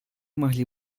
могли